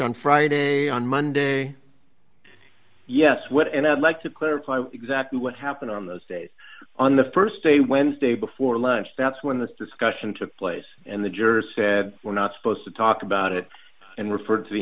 on friday on monday yes what and i'd like to clarify exactly what happened on those days on the st day wednesday before lunch that's when the discussion took place and the juror said we're not supposed to talk about it and referred to the